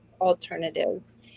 alternatives